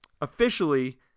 officially